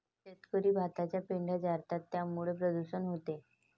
शेतकरी भाताचा पेंढा जाळतात त्यामुळे प्रदूषण होते